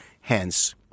hence